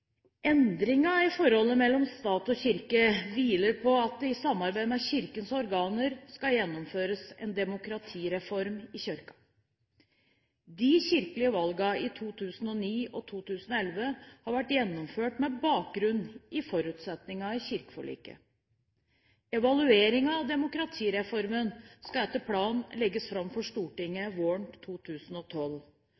i forholdet mellom stat og kirke hviler på at det i samarbeid med Kirkens organer skal gjennomføres en demokratireform i Kirken. De kirkelige valgene i 2009 og 2011 har vært gjennomført med bakgrunn i forutsetningen i kirkeforliket. Evalueringen av demokratireformen skal etter planen legges fram for Stortinget